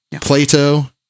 Plato